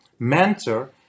Mentor